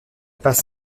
passe